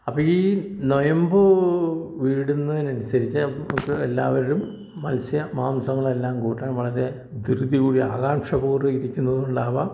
അപ്പം ഈ നൊയമ്പ് വീടുന്നതിനനുസരിച്ച് നമുക്ക് എല്ലാവരും മത്സ്യ മാംസങ്ങൾ എല്ലാം കൂട്ടാൻ വളരെ ധൃതി കൂടി ആകാംക്ഷപൂർവം ഇരിക്കുന്നത് കൊണ്ടാവാം